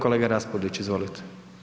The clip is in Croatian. Kolega Raspudić, izvolite.